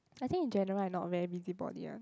I think in general I not very busybody one